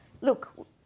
Look